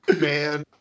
Man